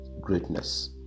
greatness